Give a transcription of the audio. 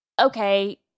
okay